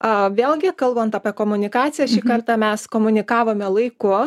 a vėlgi kalbant apie komunikaciją šį kartą mes komunikavome laiku